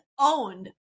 owned